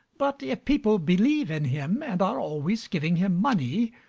but if people believe in him and are always giving him money,